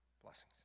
Blessings